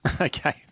Okay